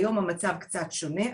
אז היום המצב קצת שונה,